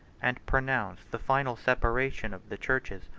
and pronounced the final separation of the churches,